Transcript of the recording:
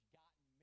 gotten